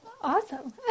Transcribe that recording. Awesome